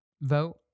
vote